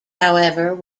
however